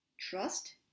Trust